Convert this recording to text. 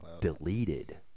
deleted